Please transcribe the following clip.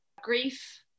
grief